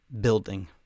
building